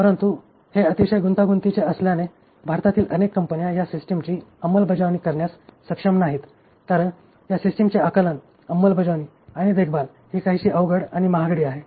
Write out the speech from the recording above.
परंतु हे अतिशय गुंतागुंतीचे असल्याने भारतातील अनेक कंपन्या या सिस्टिमची अंमलबजावणी करण्यास सक्षम नाहीत कारण या सिस्टिमचे आकलन अंमलबजावणी आणि देखभाल ही काहीशी अवघड आणि महागडी आहे